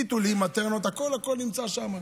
טיטולים, מטרנות, הכול הכול נמצא שם.